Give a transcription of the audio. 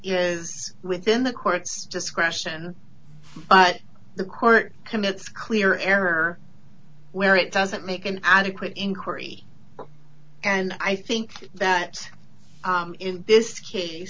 is within the court's discretion but the court commits clear error where it doesn't make an adequate inquiry and i think that in this case